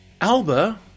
Alba